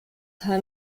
time